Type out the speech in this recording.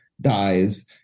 dies